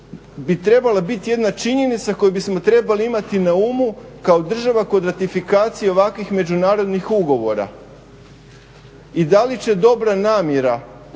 bi trebale bit jedna činjenica koju bismo trebali imati na umu kao država kod ratifikacije ovakvih međunarodnih ugovora i da li će dobra namjera